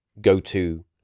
go-to